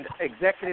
executive